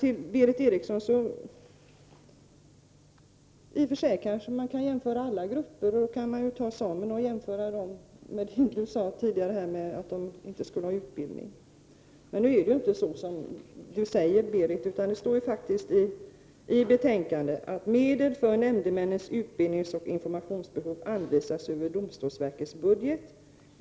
Till Berith Eriksson vill jag säga att man kanske i och för sig kan jämföra alla grupper, och då kan man ju också jämföra med samerna på det sätt som Berith Eriksson gjorde, dvs. att de inte skulle få utbildning. Men nu är det inte som Berith Eriksson säger. Följande står faktiskt i betänkandet: ”Medel för nämndemännens utbildningsoch informationsbehov anvisas över domstolsverkets budget.